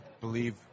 believe